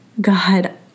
God